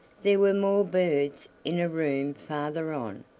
there were more birds in a room farther on,